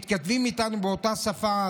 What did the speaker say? מתכתבים איתנו באותה שפה.